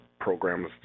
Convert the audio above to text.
programs